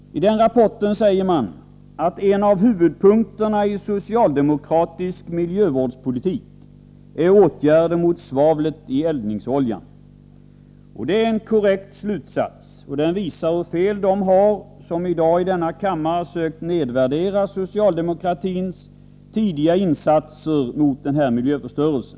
I den rapporten säger man att en av huvudpunkterna i socialdemokratisk miljövårdspolitik är åtgärder mot svavlet i eldningsoljan. Det är korrekt, och detta visar hur fel de har som i dag i denna kammare sökt nedvärdera socialdemokratins tidiga insatser mot denna miljöförstörelse.